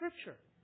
Scripture